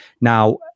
Now